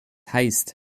heißt